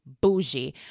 bougie